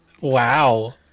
wow